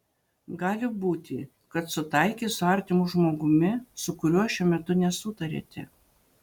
gali būti kad sutaikys su artimu žmogumi su kuriuo šiuo metu nesutariate